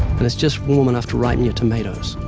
and it's just warm enough to ripen your tomatoes.